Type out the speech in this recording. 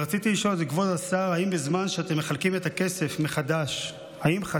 רציתי לשאול את כבוד השר: האם בזמן שאתם מחלקים את הכסף מחדש חשבתם,